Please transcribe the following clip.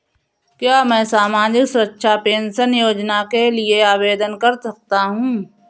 क्या मैं सामाजिक सुरक्षा पेंशन योजना के लिए आवेदन कर सकता हूँ?